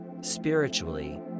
spiritually